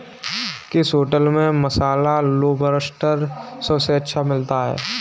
किस होटल में मसाला लोबस्टर सबसे अच्छा मिलता है?